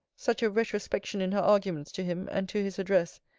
such a retrospection in her arguments to him, and to his address,